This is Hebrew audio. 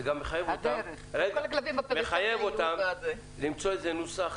זה מחייב אותם למצוא נוסח